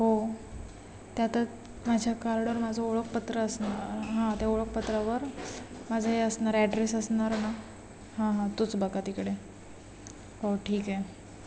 हो त्यात माझ्या कार्डवर माझं ओळखपत्र असणार हां त्या ओळखपत्रावर माझं हे असणार ॲड्रेस असणार ना हां हां तोच बघा तिकडे हो ठीक आहे